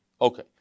Okay